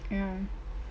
ya